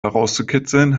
herauszukitzeln